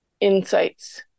insights